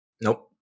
nope